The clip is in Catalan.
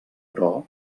però